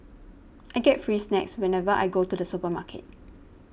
I get free snacks whenever I go to the supermarket